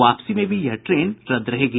वापसी में भी यह ट्रेन रद्द रहेगी